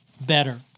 better